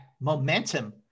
momentum